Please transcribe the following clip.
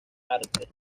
arte